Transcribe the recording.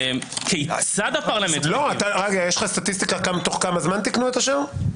יש לך סטטיסטיקה תוך כמה זמן תיקנו את השאר?